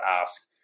ask